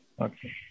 Okay